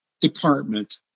department